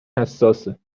حساسه